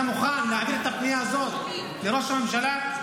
אתה מוכן להעביר את הפנייה הזאת לראש הממשלה?